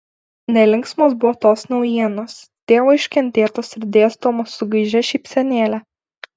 nelinksmos buvo tos naujienos tėvo iškentėtos ir dėstomos su gaižia šypsenėle